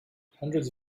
hundreds